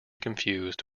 confused